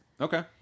Okay